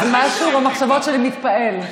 משהו במחשבות שלי מתפעל.